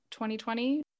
2020